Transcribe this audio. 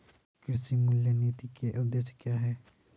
कृषि मूल्य नीति के उद्देश्य क्या है?